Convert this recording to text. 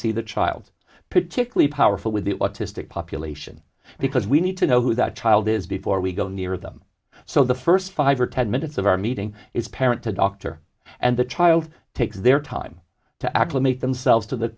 see the child particularly powerful with the autistic population because we need to know who that child is before we go near them so the first five or ten minutes of our meeting is parent to doctor and the child takes their time to acclimate themselves to the